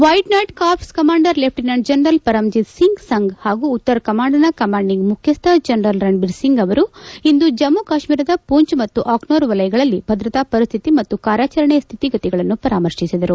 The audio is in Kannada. White Knight corps commander lieutenant general Paramjit Singh Sang ಹಾಗೂ ಉತ್ತರ ಕಮಾಂಡ್ನ ಕಮಾಂಡಿಂಗ್ ಮುಖ್ಯಸ್ಥ ಜನರಲ್ ರಣಭೀರ್ ಸಿಂಗ್ ಅವರು ಇಂದು ಜಮ್ಮ ಕಾಶ್ಮೀರದ ಪೂಂಚ್ ಮತ್ತು ಅಕ್ನೂರ್ ವಲಯಗಳಲ್ಲಿ ಭದ್ರತಾ ಪರಿಸ್ಥಿತಿ ಮತ್ತು ಕಾರ್ಯಾಚರಣೆಯ ಸ್ಥಿತಿಗತಿಗಳನ್ನು ಪರಾಮರ್ತಿಸಿದರು